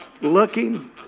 looking